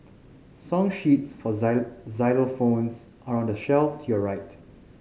song sheets for xylophones are on the shelf to your right